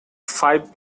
five